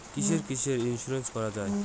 কিসের কিসের ইন্সুরেন্স করা যায়?